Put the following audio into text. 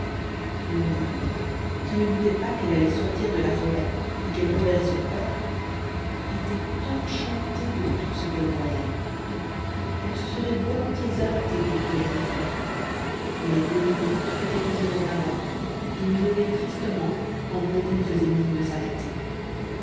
blondine qui ne doutait pas qu'elle allait sortir de la forêt et qu'elle reverrait son père était enchantée de tout ce qu'elle voyait elle se serait volontiers arrêtée pour cueillir des fleurs mais beau minon trottait toujours en avant et miaulait tristement quand blondine faisait mine de s'arrêter